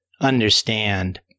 understand